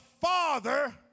Father